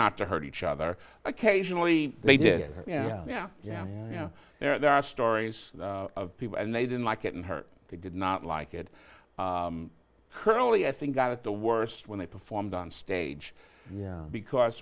not to hurt each other occasionally they did yeah yeah yeah there are stories of people and they didn't like getting hurt they did not like it curly i think that at the worst when they performed on stage yeah because